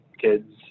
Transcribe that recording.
kids